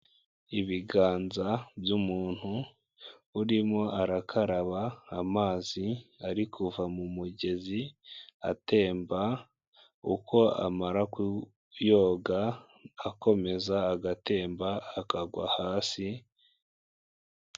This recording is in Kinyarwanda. Ibiganza by'umuntu urimo arakaraba amazi ari kuva mu mugezi atemba, uko amara kuyoga akomeza agatemba akagwa hasi.